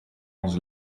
ons